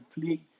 play